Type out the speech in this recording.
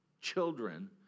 children